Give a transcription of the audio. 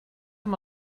amb